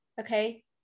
Okay